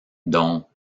dont